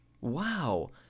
Wow